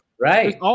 Right